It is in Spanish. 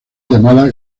llamada